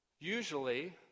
usually